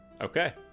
Okay